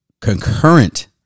concurrent